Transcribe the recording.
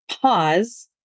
pause